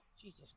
Jesus